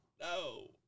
no